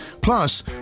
Plus